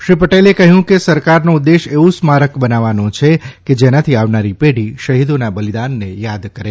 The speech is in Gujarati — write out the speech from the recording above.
શ્રી પટેલે કહ્યું કે સરકારનો ઉદ્દેશ એવું સ્મારક બનાવવાનો છે કે જેનાથી આવનારી પેઢી શહીદોના બલિદાનને થાદ કરે